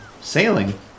Sailing